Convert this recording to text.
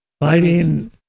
Fighting